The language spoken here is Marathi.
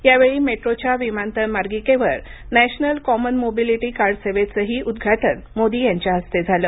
या वेळी मेट्रोच्या विमानतळ मार्गिकेवर नॅशनल कॉमन मोबिलिटी कार्ड सेवेचंही उद्घाटन मोदी यांच्या हस्ते झालं